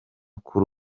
kuri